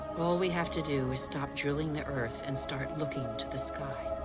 all we have to do is stop drilling the earth and start looking to the sky.